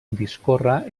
discorre